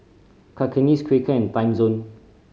Cakenis Quaker and Timezone